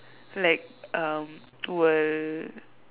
like um will